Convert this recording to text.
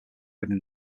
within